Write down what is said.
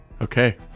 Okay